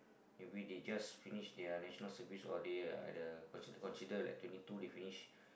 maybe they just finish their National Service or their the consider consider like twenty two they finish